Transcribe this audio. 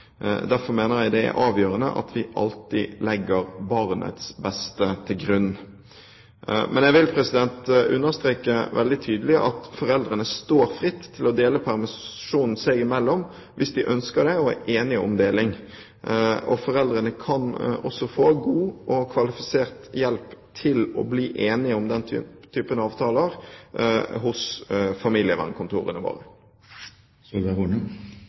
Derfor mener jeg det er avgjørende at vi alltid legger barnets beste til grunn. Men jeg vil understreke veldig tydelig at foreldrene står fritt til å dele permisjonen seg imellom hvis de ønsker det og er enige om deling. Foreldrene kan også få god og kvalifisert hjelp til å bli enige om den typen avtaler på familievernkontorene